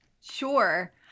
Sure